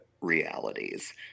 realities